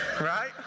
right